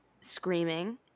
screaming